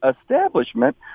establishment